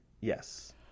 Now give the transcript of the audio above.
Yes